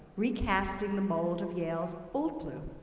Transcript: recasting the mold of yale's old blue.